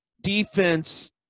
defense